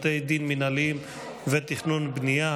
בתי דין מינהליים ותכנון בנייה),